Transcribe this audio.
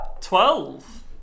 Twelve